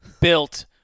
built